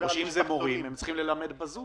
כך שאם זה מורים הם צריכים ללמד בזום.